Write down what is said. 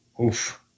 Oof